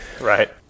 Right